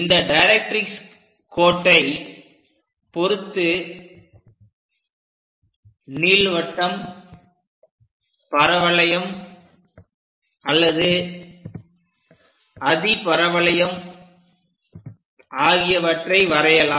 இந்த டைரக்ட்ரிக்ஸ் கோட்டை பொருத்து நீள்வட்டம் பரவளையம் அல்லது அதிபரவளையம் ஆகியவற்றை வரையலாம்